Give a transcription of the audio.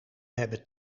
hebben